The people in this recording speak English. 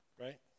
right